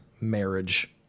marriage